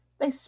They